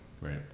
Right